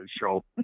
show